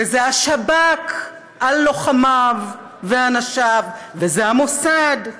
וזה השב"כ על לוחמיו ואנשיו, וזה המוסד,